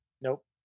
Nope